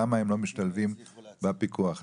למה הם לא משתלבים בפיקוח הזה,